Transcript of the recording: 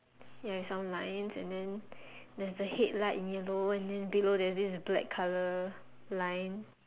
ya is some lines and then the there is the headlights yellow and then below there is this black colour line